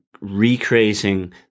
recreating